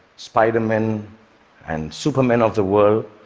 spider-men and supermen of the world,